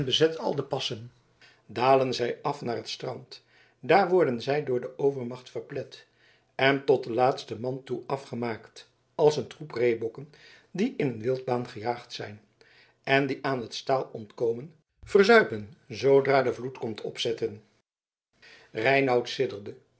bezet al de passen dalen zij af naar het strand daar worden zij door de overmacht verplet en tot den laatsten man toe afgemaakt als een troep reebokken die in een wildbaan gejaagd zijn en die aan het staal ontkomen verzuipen zoodra de vloed komt opzetten reinout